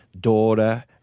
daughter